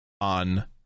on